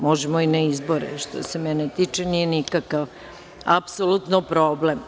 Možemo i na izbore što se mene tiče, nije nikakav apsolutno problem.